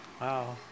Wow